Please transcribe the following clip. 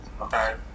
okay